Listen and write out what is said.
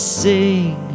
sing